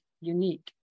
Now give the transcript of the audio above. unique